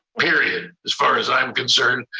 period, as far as i'm concerned,